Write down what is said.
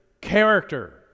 Character